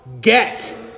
get